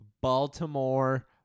Baltimore